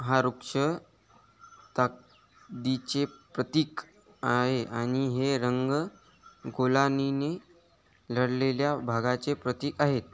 हा वृक्ष ताकदीचे प्रतीक आहे आणि हे रंग गोलानीने लढलेल्या भागाचे प्रतीक आहेत